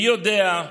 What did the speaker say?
מי יודע,